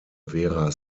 vera